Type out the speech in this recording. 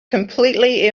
completely